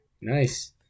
nice